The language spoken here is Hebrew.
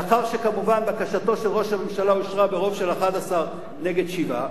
לאחר שכמובן בקשתו של ראש הממשלה אושרה ברוב של 11 נגד שבעה,